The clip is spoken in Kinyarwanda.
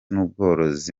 n’ubworozi